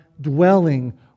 dwelling